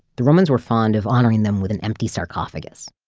the romans were fond of honoring them with an empty sarcophagus.